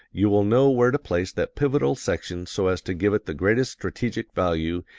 you will know where to place that pivotal section so as to give it the greatest strategic value,